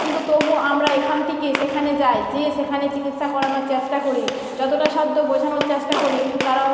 কিন্তু তবু আমরা এখান থেকে সেখানে যাই যেয়ে সেখানে চিকিৎসা করানোর চেষ্টা করি যতটা সাধ্য গোছানোর চেষ্টা করি এবং তারাও